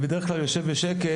אני בדרך כלל יושב בשקט,